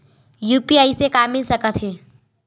UPI से का मिल सकत हे?